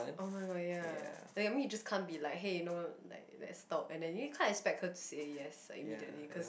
oh-my-god ya like I mean you just can't be like hey you know like that's stop and then you can't expect her to say yes like immediately cause